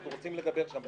אנחנו רוצים לדבר שם.